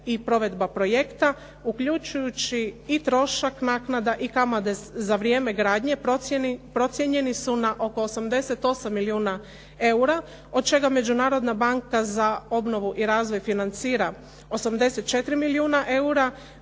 i provedba projekta uključujući i trošak naknada i kamate za vrijeme gradnje procijenjeni su na oko 88 milijuna eura. Od čega Međunarodna banka za obnovu i razvoj financira 84 milijuna eura